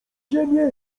ziemię